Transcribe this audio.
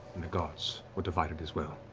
the gods were divided as well.